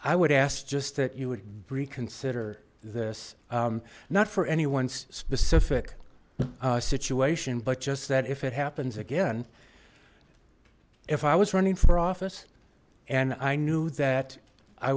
i would ask just that you would reconsider this not for any one specific situation but just that if it happens again if i was running for office and i knew that i